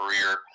career